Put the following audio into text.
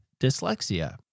dyslexia